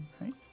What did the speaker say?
right